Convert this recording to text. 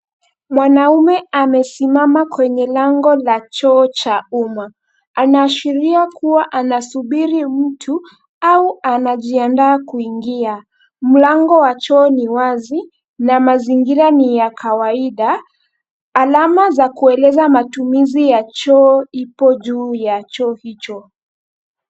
Mwanamume amesimama kwenye lango la choo cha umma. Anaashiria kuwa anasubiri mtu au anajiandaa kuingia. Mlango wa choo ni wazi na mazingira ni ya kawaida. Alama za kueleza matumizi ya choo ipo juu ya choo hicho.